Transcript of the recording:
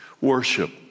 worship